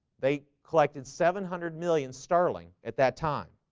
they collected seven hundred million sterling at that time